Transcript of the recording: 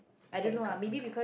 for the cup for the cup